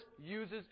uses